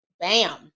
Bam